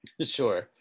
Sure